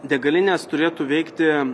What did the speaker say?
degalinės turėtų veikti